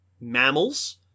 mammals